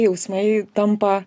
jausmai tampa